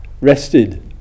rested